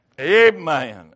Amen